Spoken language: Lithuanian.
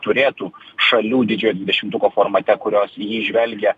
turėtų šalių didžiojo dvidešimtuko formate kurios į jį žvelgia